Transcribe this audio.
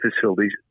facilities